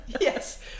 Yes